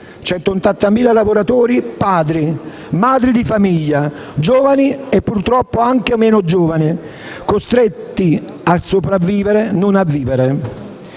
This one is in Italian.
180.000 lavoratori, padri e madri di famiglia, giovani e purtroppo anche meno giovani, costretti a sopravvivere, non a vivere.